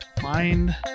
find